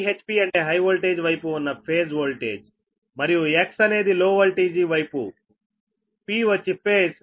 VHP అంటే high voltage వైపు ఉన్న ఫేజ్ వోల్టేజ్ మరియు X అనేది లోవోల్టేజీ వైపుP వచ్చి ఫేజ్